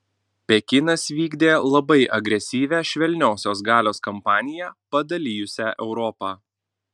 pekinas vykdė labai agresyvią švelniosios galios kampaniją padalijusią europą